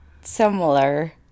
similar